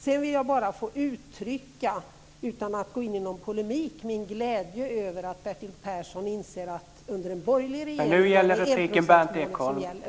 Utan att gå i polemik vill jag uttrycka min glädje över att Bertil Persson inser att under en borgerlig regering är det enprocentsmålet som gäller.